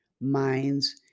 minds